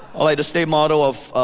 or like the state motto of